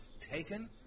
taken